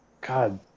God